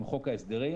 עם חוק ההסדרים,